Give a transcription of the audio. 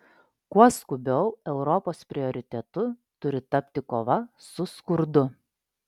kuo skubiau europos prioritetu turi tapti kova su skurdu